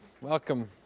Welcome